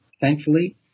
thankfully